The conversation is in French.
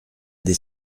des